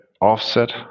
offset